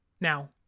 Now